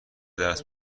درس